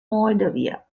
moldavia